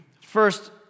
first